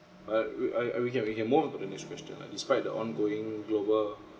but I we I I we we can we can move to the next question lah describe the ongoing global